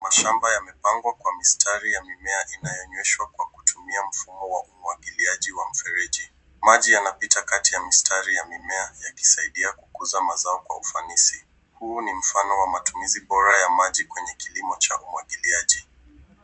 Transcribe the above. Mashamba yamepangwa kwa mistari ya mimea inayonyweshwa kwa kutumia mfumo wa umwagiliaji wa mfereji. Maji yanapita kati ya mistari ya mimea yakisaidia kukuza mazao kwa ufanisi. Huu ni mfano wa matumizi bora ya maji kwenye kilimo cha umwagiliaji.